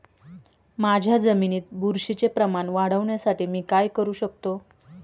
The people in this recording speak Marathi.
माझ्या जमिनीत बुरशीचे प्रमाण वाढवण्यासाठी मी काय करू शकतो?